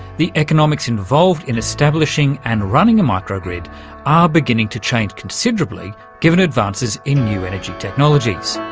the economics involved in establishing and running a micro-grid are beginning to change considerably, given advances in new energy technologies.